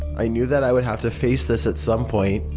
i knew that i would have to face this at some point.